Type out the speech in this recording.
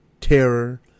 terror